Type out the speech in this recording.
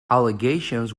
allegations